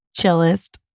chillest